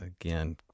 Again